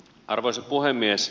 arvoisa puhemies